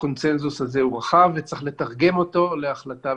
הקונסנזוס הזה הוא רחב וצריך לתרגם אותו להחלטה.